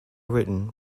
written